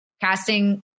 casting